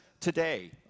today